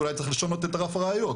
אולי צריך לשנות את רף הראיות.